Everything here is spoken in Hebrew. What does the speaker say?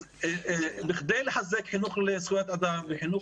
בכדי לחזק חינוך לזכויות אדם וחינוך